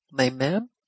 amen